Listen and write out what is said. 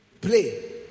play